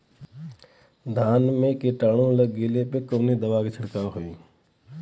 धान में कीटाणु लग गईले पर कवने दवा क छिड़काव होई?